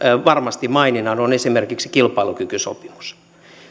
varmasti maininnan on esimerkiksi kilpailukykysopimus